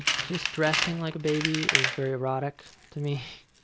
just dressing like a baby is very erotic to me.